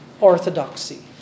orthodoxy